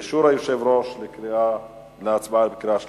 באישור היושב-ראש, להצבעה בקריאה שלישית.